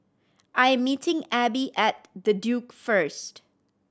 I am meeting Ebbie at The Duke first